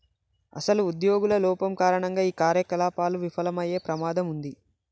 అసలు ఉద్యోగుల లోపం కారణంగా ఈ కార్యకలాపాలు విఫలమయ్యే ప్రమాదం ఉంది